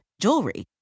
jewelry